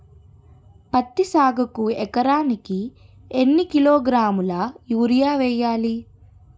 పత్తి సాగుకు ఎకరానికి ఎన్నికిలోగ్రాములా యూరియా వెయ్యాలి?